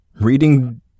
Reading